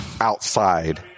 outside